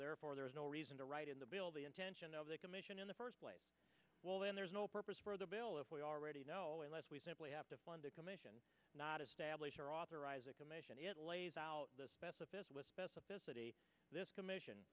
therefore there is no reason to write in the bill the intention of the commission in the first place well then there's no purpose for the bill if we already know unless we simply have to fund a commission not establish or authorize a commission it lays out the specificity specificity this commission